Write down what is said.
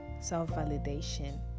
self-validation